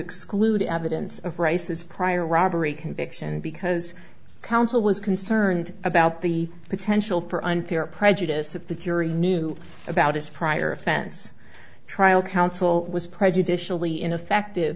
exclude evidence of rice's prior robbery conviction because counsel was concerned about the potential for unfair prejudice if the jury knew about his prior offense trial counsel was prejudicially ineffective